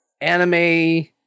anime